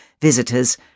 visitors